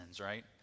right